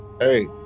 Hey